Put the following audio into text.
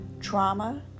Trauma